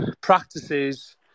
practices